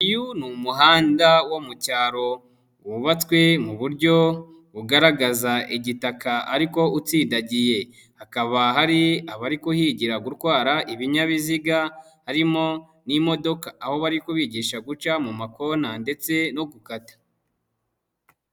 Uyu ni umuhanda wo mu cyaro wubatswe mu buryo bugaragaza igitaka ariko utsindagiye, hakaba hari abari kuhigira gutwara ibinyabiziga, harimo n'imodoka, aho bari kubigisha guca mu makona ndetse no gukata.